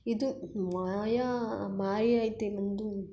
ಇದು ಮಾಯಾ ಮಾಯೆ ಐತೆ ಒಂದು